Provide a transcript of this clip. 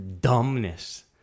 dumbness